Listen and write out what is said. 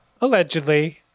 Allegedly